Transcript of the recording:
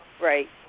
Right